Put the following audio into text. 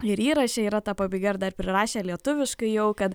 ir įraše yra ta pabaiga ir dar prirašė lietuviškai jau kad